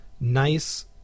nice